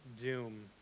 doom